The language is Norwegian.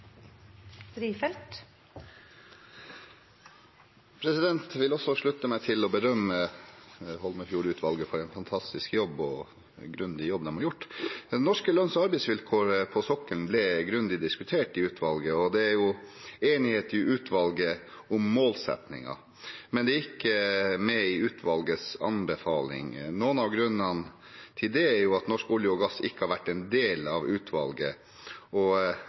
Jeg vil også berømme Holmefjord-utvalget for en fantastisk jobb og den grundige jobben de har gjort. Norske lønns- og arbeidsvilkår på sokkelen ble grundig diskutert i utvalget, og det er enighet i utvalget om målsettingen. Men det er ikke med i utvalgets anbefaling. Noen av grunnene til det er at Norsk olje og gass ikke har vært en del av utvalget, og